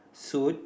suite